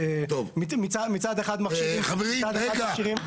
שמצד אחד מכשירים את הבניין,